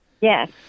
Yes